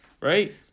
right